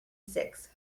six